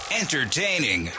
entertaining